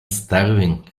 starving